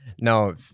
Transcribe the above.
no